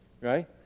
right